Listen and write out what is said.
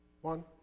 One